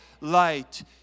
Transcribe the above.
light